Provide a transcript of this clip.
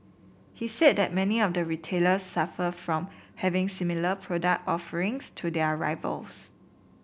he said that many of the retailers suffer from having similar product offerings to their rivals